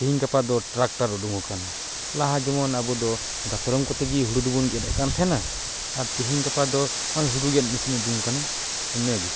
ᱛᱤᱦᱤᱧ ᱜᱟᱯᱟ ᱫᱚ ᱴᱨᱟᱠᱴᱟᱨ ᱩᱰᱩᱝ ᱟᱠᱟᱱᱟ ᱞᱟᱦᱟ ᱡᱮᱢᱚᱱ ᱟᱵᱚ ᱫᱚ ᱫᱟᱛᱨᱚᱢ ᱠᱚᱛᱮ ᱜᱮ ᱦᱩᱲᱩ ᱫᱚᱵᱚᱱ ᱜᱮᱫ ᱮᱫᱠᱟᱱ ᱛᱟᱦᱮᱸᱱᱟ ᱟᱨ ᱛᱤᱦᱤᱧ ᱜᱟᱯᱟ ᱫᱚ ᱱᱚᱜ ᱚᱭ ᱦᱩᱲᱩ ᱜᱮᱫ ᱢᱮᱥᱤᱱ ᱩᱰᱩᱝ ᱟᱠᱟᱱᱟ ᱤᱱᱟᱹᱜᱮ